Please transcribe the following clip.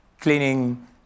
cleaning